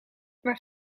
waar